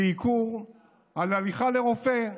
ייקור של הליכה לרופא.